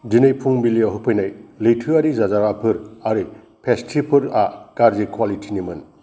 दिनै फुंबिलियाव होफैनाय लैथोआरि जाजाग्राफोर आरो पेस्त्रिफोरआ गाज्रि कवालिटिनिमोन